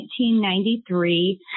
1993